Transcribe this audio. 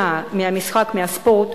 כל הנאה מהמשחק, מהספורט,